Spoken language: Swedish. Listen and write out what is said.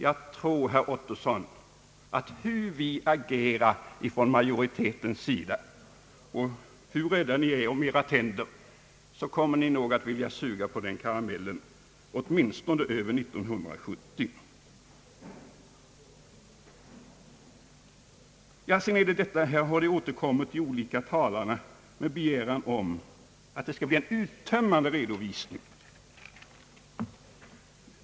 Jag tror, herr Ottosson, att hur vi än agerar från majoritetens sida och hur rädda ni än är om edra tänder inom oppositionspartierna, så kommer ni nog att vilja suga på den karamellen åtminstone över 1970. De olika talarna har också återkommit med begäran om en uttömmande redovisning.